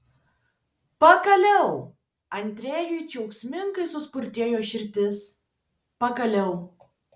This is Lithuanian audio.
pagaliau andrejui džiaugsmingai suspurdėjo širdis pagaliau